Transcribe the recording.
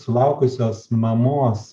sulaukusios mamos